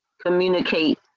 communicate